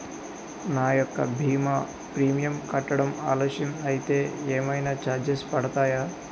నా యెక్క భీమా ప్రీమియం కట్టడం ఆలస్యం అయితే ఏమైనా చార్జెస్ పడతాయా?